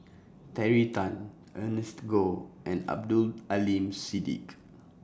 Terry Tan Ernest Goh and Abdul Aleem Siddique